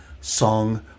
Song